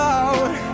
out